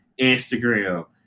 Instagram